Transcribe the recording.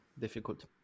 difficult